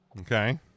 Okay